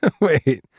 Wait